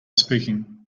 speaking